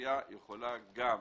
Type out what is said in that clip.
והעירייה יכולה גם,